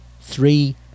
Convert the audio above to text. three